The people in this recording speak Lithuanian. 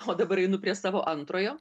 o dabar einu prie savo antrojo